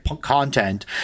content